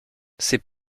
ces